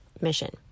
mission